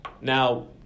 Now